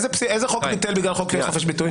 איזה חוק בוטל בגלל חוק חופש הביטוי?